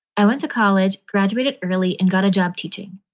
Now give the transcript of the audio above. i went to college, graduated early and got a job teaching.